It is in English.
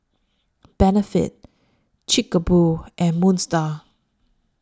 Benefit Chic A Boo and Moon STAR